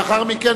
לאחר מכן,